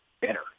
better